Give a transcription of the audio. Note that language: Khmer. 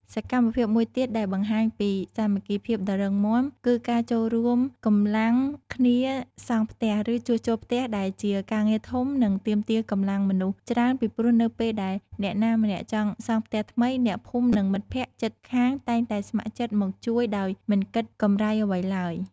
សកម្មភាពមួយទៀតដែលបង្ហាញពីសាមគ្គីភាពដ៏រឹងមាំគឺការចូលរួមកម្លាំងគ្នាសង់ផ្ទះឬជួសជុលផ្ទះដែលជាការងារធំនិងទាមទារកម្លាំងមនុស្សច្រើនពីព្រោះនៅពេលដែលអ្នកណាម្នាក់ចង់សង់ផ្ទះថ្មី អ្នកភូមិនិងមិត្តភក្តិជិតខាងតែងតែស្ម័គ្រចិត្តមកជួយដោយមិនគិតកម្រៃអ្វីឡើយ។